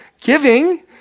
Giving